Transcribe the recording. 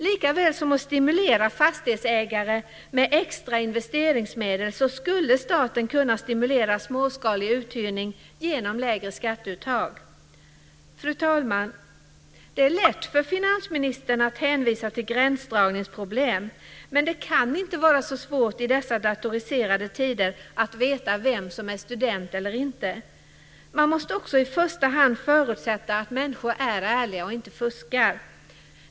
Likaväl som att stimulera fastighetsägare med extra investeringsmedel skulle staten kunna stimulera småskalig uthyrning genom lägre skatteuttag. Fru talman! Det är lätt för finansministern att hänvisa till grändsdragningsproblem, men det kan inte vara så svårt i dessa datoriserade tider att veta vem som är student eller inte. Man måste också i första hand förutsätta att människor är ärliga och inte fuskar.